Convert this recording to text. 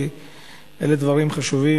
כי אלה דברים חשובים,